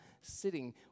sitting